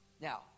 Now